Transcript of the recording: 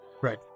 right